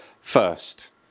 first